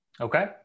Okay